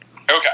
Okay